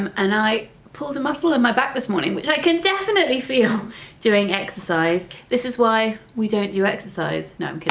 um and i pulled a muscle in my back this morning which i can definitely feel doing exercise. this is why we don't do exercise. no,